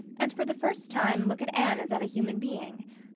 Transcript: and for the first time look at anne as at a human being.